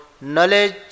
knowledge